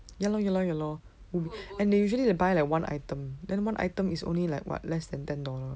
ya lor ya lor ya lor and they usually buy like one item then one item is only like what less than ten dollar